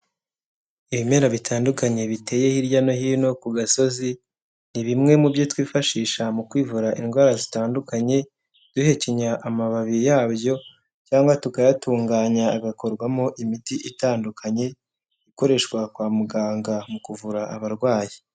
Ibimera bitandukanye biteye hirya no hino ku gasozi, ni bimwe mubyo twifashisha mu kwivura indwara zitandukanye, duhekenya amababi yabyo cyangwa tukayatunganya hagakorwamo imiti itandukanye, ikoreshwa kwa muganga mu kuvura abarwayi.